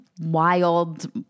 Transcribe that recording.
wild